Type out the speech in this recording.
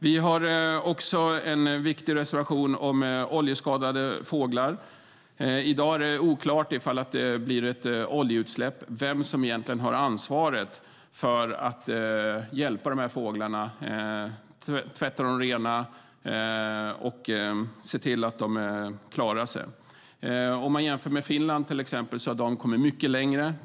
Vi har också en viktig reservation om oljeskadade fåglar. I dag är det oklart vid ett oljeutsläpp vem som har ansvaret för att hjälpa fåglarna, tvätta dem rena och se till att de klarar sig. I Finland har man kommit mycket längre.